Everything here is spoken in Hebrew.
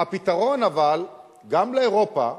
אבל הפתרון, גם לאירופה,